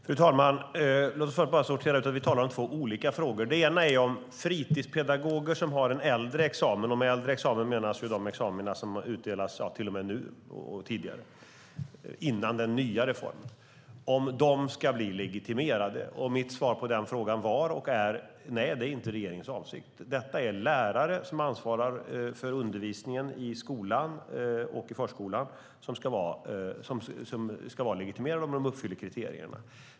Fru talman! Låt oss först bara klara ut att vi talar om två olika frågor. Den ena är om fritidspedagoger som har en äldre examen - och med äldre examen menas de examina som utdelats fram till och med nu, alltså innan reformen - ska bli legitimerade. Mitt svar på den frågan var och är: Nej, det är inte regeringens avsikt. Det är lärare som ansvarar för undervisningen i skolan och i förskolan som, om de uppfyller kriterierna, ska vara legitimerade.